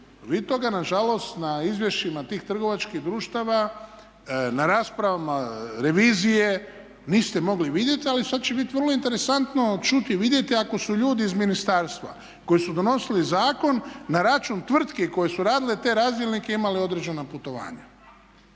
vi toga na žalost na izvješćima tih trgovačkih društava na raspravama revizije niste mogli vidjeti, ali sad će bit vrlo interesantno čuti i vidjeti ako su ljudi iz ministarstva koji su donosili zakon na račun tvrtki koje su radile te razdjelnike imali određena putovanja.